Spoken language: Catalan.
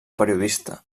periodista